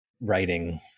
writing